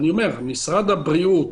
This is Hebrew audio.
משרד הבריאות,